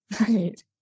Right